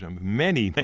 um many,